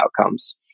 outcomes